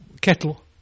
kettle